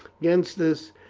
against this